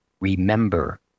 remember